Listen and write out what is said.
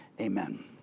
Amen